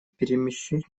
перемещению